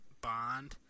Bond